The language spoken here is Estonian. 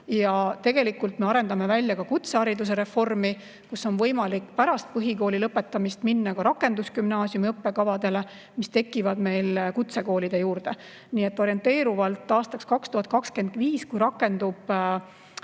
Ja tegelikult me arendame välja ka kutsehariduse reformi, kus on võimalik pärast põhikooli lõpetamist minna ka rakendusgümnaasiumi õppekavadele, mis tekivad meil kutsekoolide juurde. Nii et orienteerivalt aastaks 2025, kui rakendub õpikohustuse